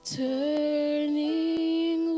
turning